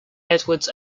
edwards